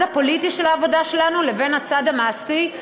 הפוליטי של העבודה שלנו לבין הצד המעשי,